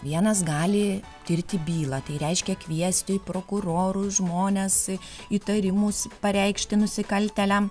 vienas gali tirti bylą tai reiškia kviesti prokurorus žmones įtarimus pareikšti nusikaltėliam